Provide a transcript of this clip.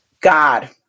God